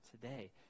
today